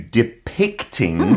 depicting